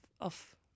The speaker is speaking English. off-